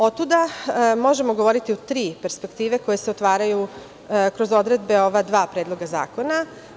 Otuda, možemo govoriti o tri perspektive koje se stvaraju kroz odredbe ova dva Predloga zakona.